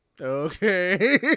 okay